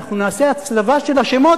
ואנחנו נעשה הצלבה של השמות,